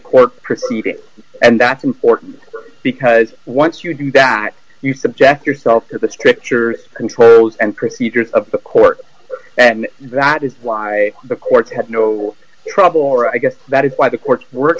court proceeding and that's important because once you do that you subject yourself to the scripture controls and procedures of the court and that is why the courts have no trouble or i guess that is why the court w